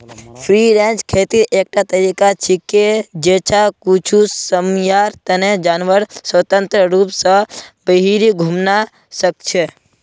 free range खेतीर एकटा तरीका छिके जैछा कुछू समयर तने जानवर स्वतंत्र रूप स बहिरी घूमवा सख छ